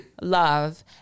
love